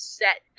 set